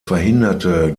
verhinderte